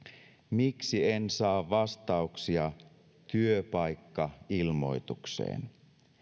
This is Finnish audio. miksi en saa vastauksia työpaikkailmoitukseen